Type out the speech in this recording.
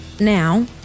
Now